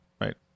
right